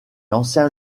ancien